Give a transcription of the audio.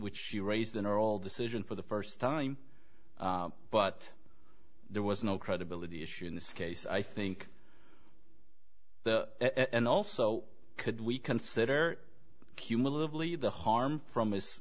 which she raised in our old decision for the first time but there was no credibility issue in this case i think and also could we consider cumulatively the harm from his